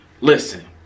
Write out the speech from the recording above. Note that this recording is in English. listen